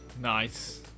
Nice